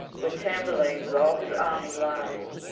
where tamburlaine with all his army lies,